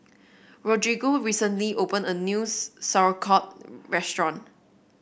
Rodrigo recently opened a new Sauerkraut restaurant